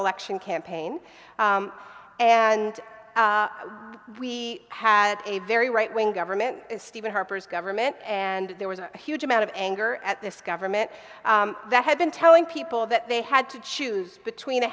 election campaign and we had a very right wing government stephen harper's government and there was a huge amount of anger at this government that had been telling people that they had to choose between a